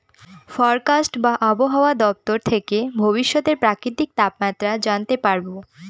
forecast বা আবহাওয়া দপ্তর থেকে ভবিষ্যতের প্রাকৃতিক তাপমাত্রা জানতে পারবো